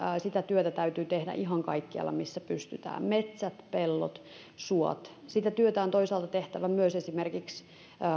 sitä työtä täytyy tehdä ihan kaikkialla missä pystytään metsät pellot suot sitä työtä on toisaalta tehtävä myös esimerkiksi